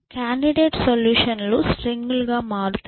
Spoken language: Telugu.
కాండిడేట్ సొల్యూషన్ లు స్ట్రింగ్ లు గా మారుతాయి